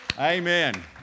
Amen